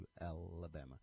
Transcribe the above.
Alabama